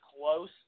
close